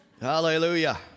Hallelujah